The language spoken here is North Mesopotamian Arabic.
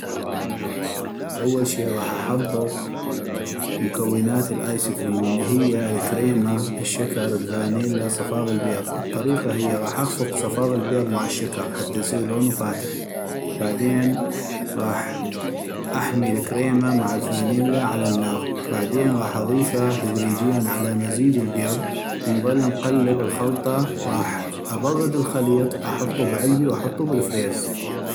اول شي غاح احضغ مكونات الايس كريم الي هي (الكريمة، الشكر ،الفانيليا، صفاغ البيض) الطريقة هي غاح اخفق صفاغ البيض مع الشكر حتى يصيغ لونو فاتح ،بعدين غاح احمي الكريمة مع الفانيليا على الناغ، بعدين غاح اضيفه تدريجيا على مزيج البيض ونضل نقلب الخلطه، غاح ابغد الخليط احطو بعلبي واحطو بالفريز.